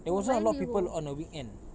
there wasn't a lot of people on a weekend